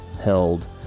held